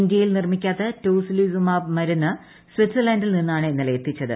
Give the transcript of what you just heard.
ഇന്ത്യയിൽ നിർമിക്കാത്ത tocilizumab മരുന്ന് സ്വിറ്റ്സർലന്റിൽ നിന്നാണ് ഇന്നലെ എത്തിച്ചത്